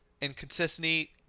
inconsistency